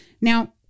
Now